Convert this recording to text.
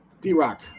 D-Rock